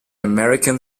american